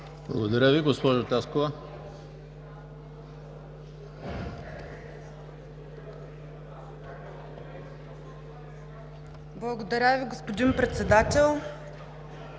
Благодаря Ви, господин Председател.